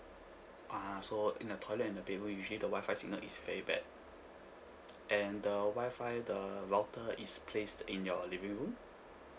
ah so in the toilet and the bedroom usually the WI-FI signal is very bad and the WI-FI the router is placed in your living room